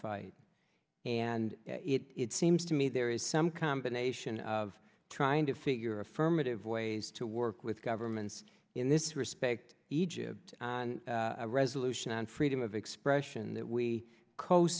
fight and it seems to me there is some combination of trying to figure affirmative ways to work with governments in this respect egypt on a resolution on freedom of expression that we co